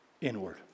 Inward